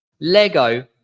Lego